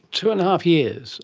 two and a half years.